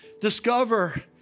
Discover